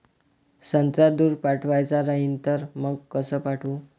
संत्रा दूर पाठवायचा राहिन तर मंग कस पाठवू?